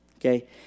okay